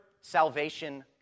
salvation